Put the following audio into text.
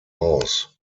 aus